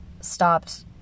stopped